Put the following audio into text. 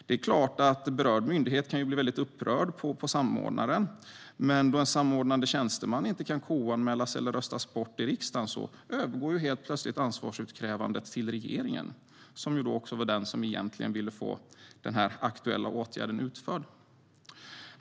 Då kan förstås berörd myndighet bli upprörd på samordnaren, men då en samordnande tjänsteman inte kan KU-anmälas eller röstas bort i riksdagen övergår helt plötsligt ansvarsutkrävandet till regeringen, som alltså var den som egentligen ville få den aktuella åtgärden utförd.